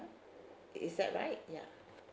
is that right ya